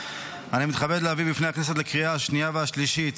אני מתכבד להביא בפני הכנסת לקריאה השנייה והשלישית